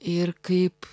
ir kaip